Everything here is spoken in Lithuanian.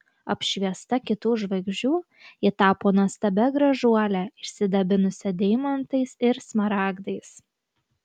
apšviesta kitų žvaigždžių ji tapo nuostabia gražuole išsidabinusia deimantais ir smaragdais